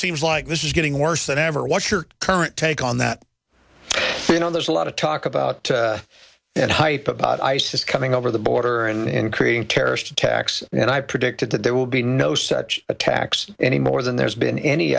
seems like this is getting worse than ever what's your current take on that you know there's a lot of talk about and hype about isis coming over the border and creating terrorist attacks and i predict that there will be no such attacks anymore than there's been any